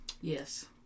Yes